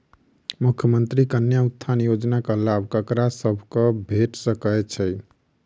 मुख्यमंत्री कन्या उत्थान योजना कऽ लाभ ककरा सभक भेट सकय छई?